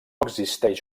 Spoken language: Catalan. existeix